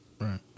right